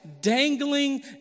dangling